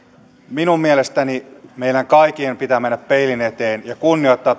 minun mielestäni meidän kaikkien pitää mennä peilin eteen ja kunnioittaa